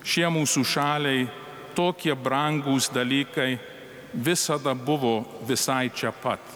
šie mūsų šaliai tokie brangūs dalykai visada buvo visai čia pat